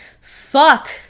Fuck